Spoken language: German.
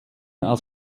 als